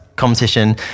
competition